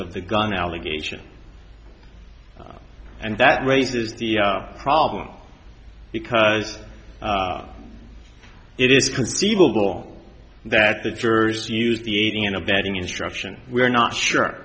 of the gun allegation and that raises the problem because it is conceivable that the jurors use the aiding and abetting instruction we're not sure